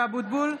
(קוראת בשמות חברי הכנסת) משה אבוטבול,